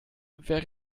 wäre